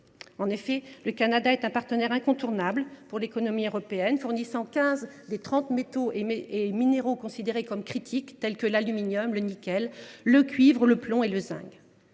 En effet, le Canada est un partenaire incontournable pour l’économie européenne : il fournit quinze des trente métaux et minéraux considérés comme critiques, tels que l’aluminium, le nickel, le cuivre, le plomb et le zinc.